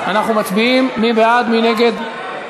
מול הצרכים של המדינה ומניעת טרור.